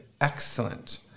excellent